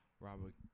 Robert